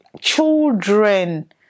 Children